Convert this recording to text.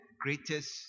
greatest